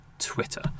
Twitter